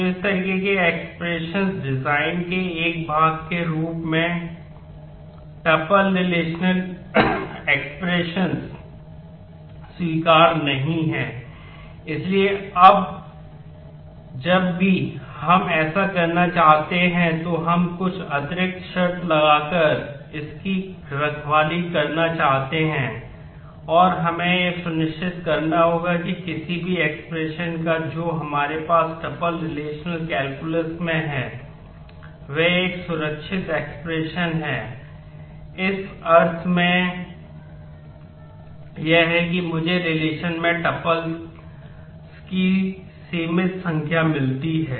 तो इस तरह की एक्सप्रेशन्स की सीमित संख्या मिलती है